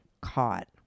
caught